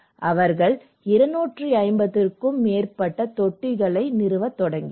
அவர்கள் 250 க்கும் மேற்பட்ட தொட்டிகளை நிறுவினர்